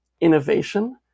innovation